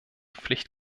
pflicht